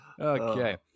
Okay